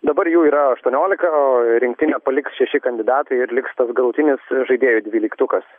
dabar jų yra aštuoniolika o rinktinę paliks šeši kandidatai ir liks tas galutinis žaidėjų dvyliktukas